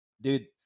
dude